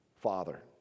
Father